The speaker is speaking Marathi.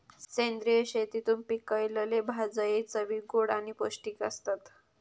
सेंद्रिय शेतीतून पिकयलले भाजये चवीक गोड आणि पौष्टिक आसतत